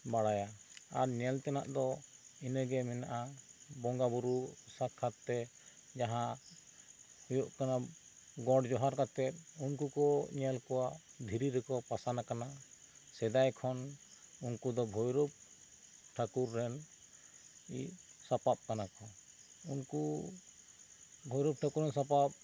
ᱵᱟᱲᱟᱭᱟ ᱟᱨ ᱧᱮᱞ ᱛᱮᱱᱟᱜ ᱫᱚ ᱤᱱᱟᱹ ᱜᱮ ᱢᱮᱱᱟᱜᱼᱟ ᱵᱚᱸᱜᱟ ᱵᱳᱨᱳ ᱥᱟᱠᱟᱛ ᱛᱮ ᱡᱟᱦᱟᱸ ᱦᱩᱭᱩᱜ ᱠᱟᱱᱟ ᱜᱚᱰ ᱡᱚᱦᱟᱨ ᱠᱟᱛᱮᱜ ᱩᱱᱠᱩ ᱠᱚ ᱧᱮᱞ ᱠᱚᱣᱟ ᱫᱷᱤᱨᱤ ᱨᱮ ᱠᱚ ᱯᱟᱥᱟᱱ ᱟᱠᱟᱱᱟ ᱥᱮᱫᱟᱭ ᱠᱷᱚᱱ ᱩᱱᱠᱩ ᱫᱚ ᱵᱷᱳᱭᱨᱳᱵ ᱴᱷᱟᱹᱠᱩᱨ ᱨᱮᱱ ᱥᱟᱯᱟᱵ ᱠᱟᱱᱟ ᱠᱚ ᱩᱱᱠᱩ ᱵᱷᱳᱭᱨᱳᱵ ᱴᱷᱟᱹᱠᱩᱨ ᱨᱮᱱ ᱥᱟᱯᱟᱵ